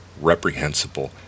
reprehensible